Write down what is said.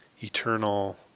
eternal